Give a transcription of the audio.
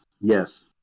yes